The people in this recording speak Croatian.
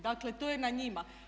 Dakle, to je na njima.